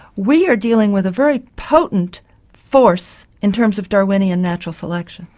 we are dealing with a very potent force in terms of darwinian natural selection.